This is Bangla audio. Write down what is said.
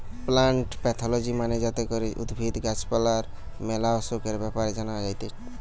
প্লান্ট প্যাথলজি মানে যাতে করে উদ্ভিদ, গাছ পালার ম্যালা অসুখের ব্যাপারে জানা যায়টে